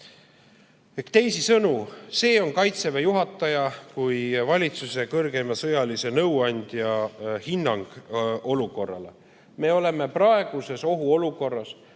Teisisõnu, see on Kaitseväe juhataja kui valitsuse kõrgeima sõjalise nõuandja hinnang olukorrale. Me oleme praegu ohuolukorras